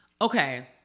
Okay